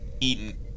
Eaten